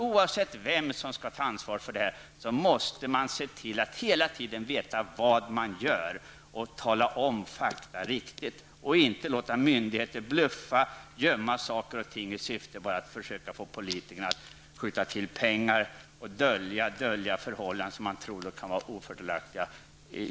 Oavsett vem som skall ta ansvar för det här är det, tror jag, nödvändigt att hela tiden se till att veta vad som görs och återge fakta på ett riktigt sätt och inte låta myndigheter bluffa, gömma saker och ting i syfte att få politikerna att skjuta till pengar och i syfte att dölja förhållanden som man tror kan vara ofördelaktiga.